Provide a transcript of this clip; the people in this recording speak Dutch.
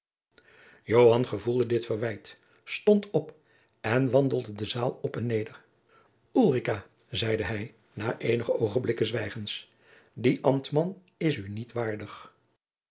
gevoelde dit verwijt stond op en wandelde de zaal op en neder ulrica zeide hij na jacob van lennep de pleegzoon eenige oogenblikken zwijgens die ambtman is u niet waardig